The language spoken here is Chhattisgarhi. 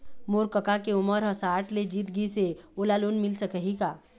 मोर कका के उमर ह साठ ले जीत गिस हे, ओला लोन मिल सकही का?